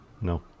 no